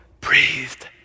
breathed